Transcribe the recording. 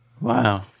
Wow